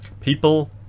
people